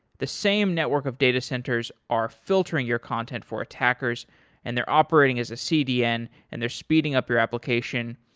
the same network of data centers are filtering your content for attackers and they're operating as a cdn and they're speeding up your application,